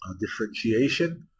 differentiation